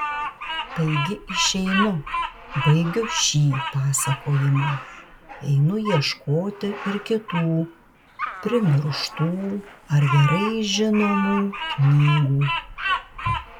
taigi išeinu baigiu šį pasakojimą einu ieškoti ir kitų primirštų ar gerai žinomų knygų